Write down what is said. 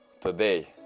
Today